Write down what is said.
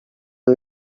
are